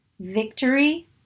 victory